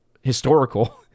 historical